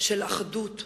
של אחדות,